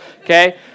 okay